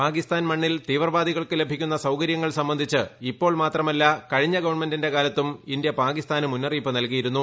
പാകിസ്ഥാൻ മണ്ണിൽ തീവ്രവാദികൾക്ക് ലഭിക്കുന്ന സൌകര്യങ്ങൾ സംബന്ധിച്ച് ഇപ്പോൾ മാത്രമല്ല കഴിഞ്ഞ ഗവൺമെന്റിന്റെ കാലത്തും ഇന്തൃ പാകിസ്ഥാന് മുന്നറിയിപ്പ് നൽകിയിരുന്നു